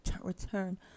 return